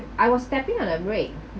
I was tapping and I brake